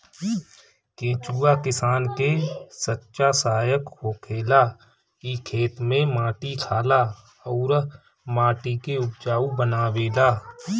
केचुआ किसान के सच्चा सहायक होखेला इ खेत में माटी खाला अउर माटी के उपजाऊ बनावेला